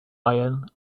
iron